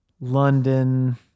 London